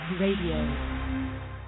Radio